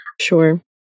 Sure